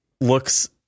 looks